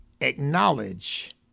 acknowledge